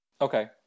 Okay